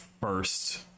first